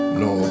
no